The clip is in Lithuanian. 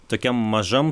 tokiam mažam